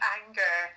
anger